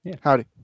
Howdy